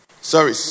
Sorry